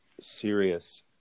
serious